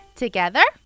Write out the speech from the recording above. Together